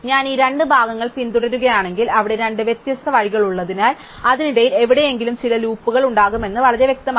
ഞാൻ ഈ രണ്ട് ഭാഗങ്ങൾ പിന്തുടരുകയാണെങ്കിൽ അവിടെ രണ്ട് വ്യത്യസ്ത വഴികൾ ഉള്ളതിനാൽ അതിനിടയിൽ എവിടെയെങ്കിലും ചില ലൂപ്പുകൾ ഉണ്ടാകുമെന്ന് വളരെ വ്യക്തമാണ്